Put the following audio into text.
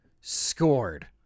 scored